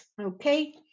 okay